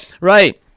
Right